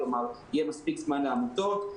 כלומר, יהיה מספיק זמן לעמותות.